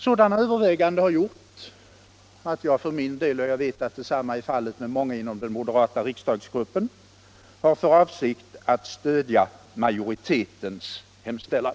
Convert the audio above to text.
Sådana överväganden har gjort att jag för min del — och jag vet att samma är fallet med många inom den moderata riksdagsgruppen — har för avsikt att stödja majoritetens hemställan.